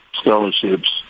scholarships